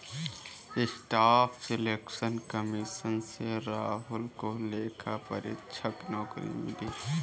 staff selection commission से राहुल को लेखा परीक्षक नौकरी मिली